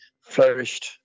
flourished